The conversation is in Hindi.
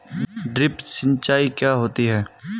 ड्रिप सिंचाई क्या होती हैं?